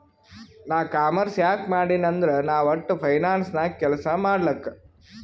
ನಾ ಕಾಮರ್ಸ್ ಯಾಕ್ ಮಾಡಿನೀ ಅಂದುರ್ ನಾ ವಟ್ಟ ಫೈನಾನ್ಸ್ ನಾಗ್ ಕೆಲ್ಸಾ ಮಾಡ್ಲಕ್